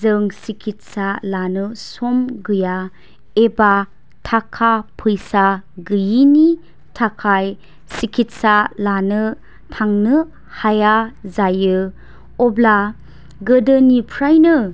जों सिकितसा लानो सम गैया एबा थाखा फैसा गैयिनि थाखाय सिकितसा लानो थांनो हाया जायो अब्ला गोदोनिफ्रायनो